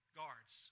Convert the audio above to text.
guards